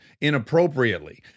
inappropriately